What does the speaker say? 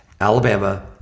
Alabama